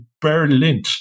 Berlin